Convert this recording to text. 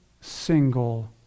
single